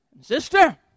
sister